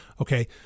Okay